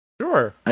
Sure